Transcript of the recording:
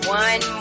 one